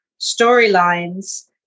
storylines